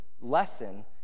lesson